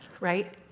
right